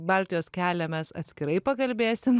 baltijos kelią mes atskirai pakalbėsim